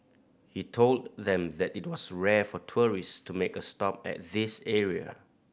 he told them that it was rare for tourist to make a stop at this area